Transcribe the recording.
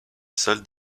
salle